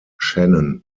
shannon